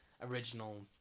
original